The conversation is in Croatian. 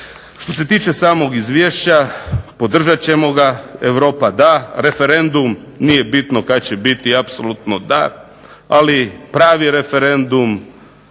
Što se tiče samog izvješća podržat ćemo ga, Europa da, referendum nije bitno kad će biti apsolutno da, ali pravi referendum